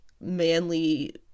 manly